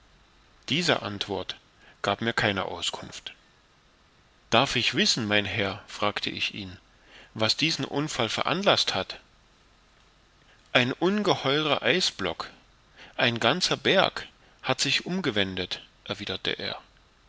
diese antwort gab mir keine auskunft darf ich wissen mein herr fragte ich ihn was diesen unfall veranlaßt hat ein ungeheurer eisblock ein ganzer berg hat sich umgewendet erwiderte er